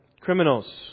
criminals